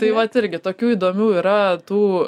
tai vat irgi tokių įdomių yra tų